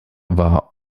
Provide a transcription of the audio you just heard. war